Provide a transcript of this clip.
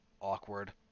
awkward